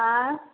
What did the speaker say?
अँए